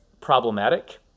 problematic